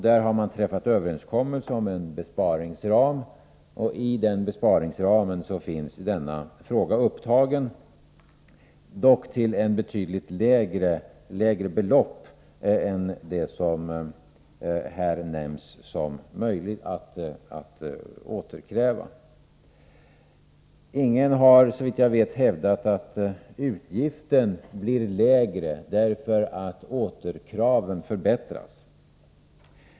Där har man träffat överenskommelse om en besparingsram, och i denna besparingsram finns denna fråga upptagen; dock avses ett betydligt lägre belopp än det som här nämns som möjligt att återkräva. Ingen har såvitt jag vet hävdat att utgiften blir lägre därför att återkraven förbättras.